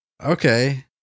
Okay